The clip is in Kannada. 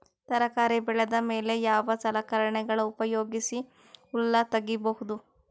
ತರಕಾರಿ ಬೆಳದ ಮೇಲೆ ಯಾವ ಸಲಕರಣೆಗಳ ಉಪಯೋಗಿಸಿ ಹುಲ್ಲ ತಗಿಬಹುದು?